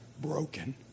broken